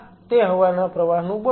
આ તે હવાના પ્રવાહનું બળ છે